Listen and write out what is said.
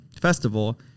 festival